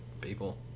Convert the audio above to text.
people